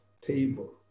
table